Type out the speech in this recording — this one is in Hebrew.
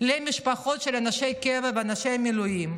למשפחות של אנשי קבע ואנשי מילואים,